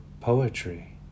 poetry